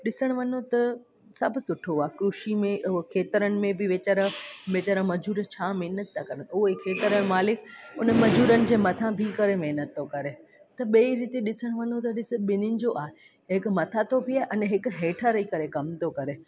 ॾिसण वञूं त सभु सुठो आहे कृषी में हो खेतरनि में बि वेचारा वेचारा मजूर छा महिनत था कनि उहो ई खेतर जो मालिक उन मजूरनि जे मथां बि करे महिनत थो करे त ॿई रीते ॾिसणु वञू त ॾिस ॿिन्हिनि जो आहे हिकु मथां थो बीहे हिकु हेठां रही करे कम थो करे